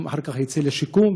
אחר כך יצא לשיקום,